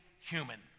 human